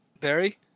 Barry